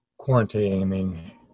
quarantining